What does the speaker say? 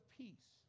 peace